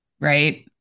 right